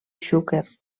xúquer